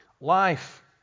Life